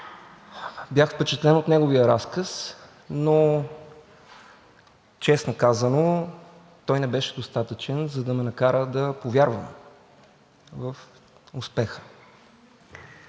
Бях впечатлен от неговия разказ, но честно казано, той не беше достатъчен, за да ме накара да повярвам в успеха,